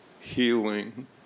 healing